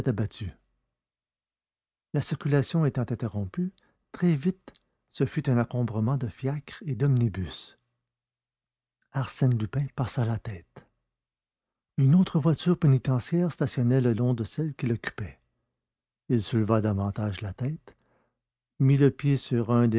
abattu la circulation étant interrompue très vite ce fut un encombrement de fiacres et d'omnibus arsène lupin passa la tête une autre voiture pénitentiaire stationnait le long de celle qu'il occupait il souleva davantage la tôle mit le pied sur un